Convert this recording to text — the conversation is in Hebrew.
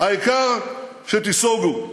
העיקר שתיסוגו.